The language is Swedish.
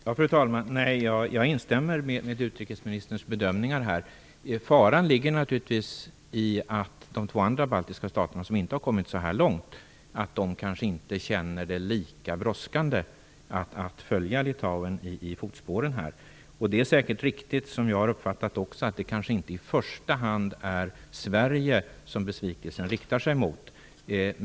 Fru talman! Jag instämmer med utrikesministerns bedömning. Faran ligger naturligtvis i att de två andra baltiska staterna som inte har kommit så här långt kanske inte anser det vara lika brådskande att följa Litauen i fotspåren. Det är säkert riktigt som jag också har uppfattat det, att det i första hand kanske inte är Sverige som besvikelsen riktar sig mot.